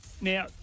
Now